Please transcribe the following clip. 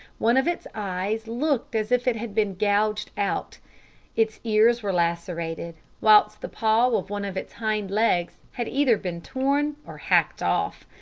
one of its eyes looked as if it had been gouged out its ears were lacerated, whilst the paw of one of its hind-legs had either been torn or hacked off.